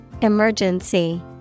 Emergency